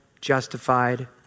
justified